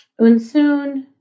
Unsoon